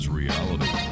reality